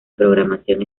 programación